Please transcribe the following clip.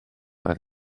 oedd